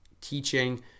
teaching